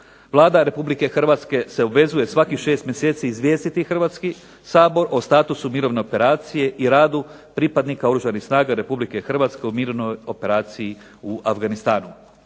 Vlada Republike Hrvatske se obvezuje svakih 6 mjeseci izvijestiti Hrvatski sabor o statusu mirovne operacije i radu pripadnika Oružanih snaga RH u mirovnoj operaciji u Afganistanu.